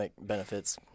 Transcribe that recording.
benefits